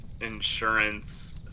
Insurance